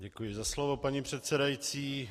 Děkuji za slovo, paní předsedající.